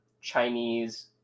Chinese